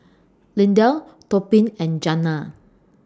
Lindell Tobin and Janna